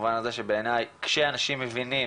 במובן הזה שבעיניי כשאנשים מבינים,